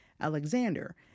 Alexander